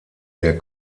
der